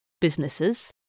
businesses